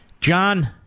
John